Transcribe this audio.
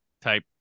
type